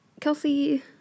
Kelsey